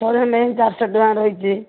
four ହେଲେ ଚାରିଶହ ଟଙ୍କା ରହିଛି